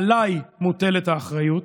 עליי מוטלת האחריות.